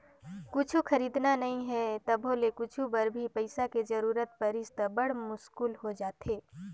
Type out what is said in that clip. कुछु खरीदना नइ हे तभो ले कुछु बर भी पइसा के जरूरत परिस त बड़ मुस्कुल हो जाथे